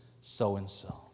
so-and-so